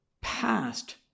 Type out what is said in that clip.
past